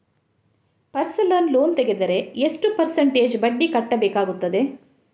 Personal loan ತೆಗೆದರೆ ಎಷ್ಟು percentage ಬಡ್ಡಿ ಕಟ್ಟಬೇಕಾಗುತ್ತದೆ?